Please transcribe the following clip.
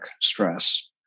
stress